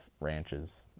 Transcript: ranches